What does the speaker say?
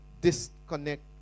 disconnect